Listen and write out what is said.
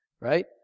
Right